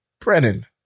Brennan